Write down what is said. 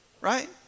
Right